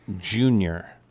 junior